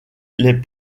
les